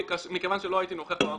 מכיוון שלא הייתי נוכח במקום,